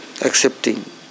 accepting